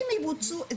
אם יבוצעו,